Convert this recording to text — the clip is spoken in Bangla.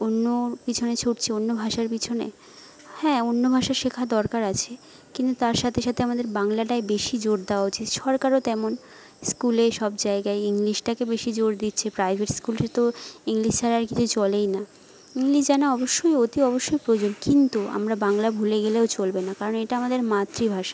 অন্যর পিছনে ছুটছি অন্য ভাষার পিছনে হ্যাঁ অন্য ভাষা শেখার দরকার আছে কিন্তু তার সাথে সাথে আমাদের বাংলাটায় বেশি জোর দেওয়া উচিত সরকারও তেমন স্কুলে সব জায়গায় ইংলিশটাকে বেশি জোর দিচ্ছে প্রাইভেট স্কুলে তো ইংলিশ ছাড়া আর কিছু চলেই না ইংলিশ জানা অবশ্যই অতি অবশ্যই প্রয়োজন কিন্তু আমরা বাংলা ভুলে গেলেও চলবে না কারণ এটা আমাদের মাতৃভাষা